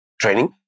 training